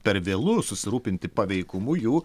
per vėlu susirūpinti paveikumu jų